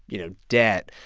you know, debt,